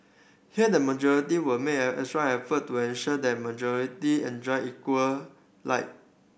here the majority will make extra effort to ensure that minority enjoy equal light